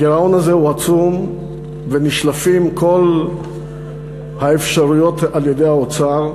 הגירעון הזה הוא עצום ונשלפות כל האפשרויות על-ידי האוצר.